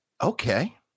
Okay